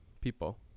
people